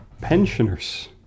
pensioners